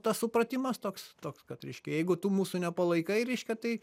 tas supratimas toks toks kad reiškia jeigu tu mūsų nepalaikai reiškia tai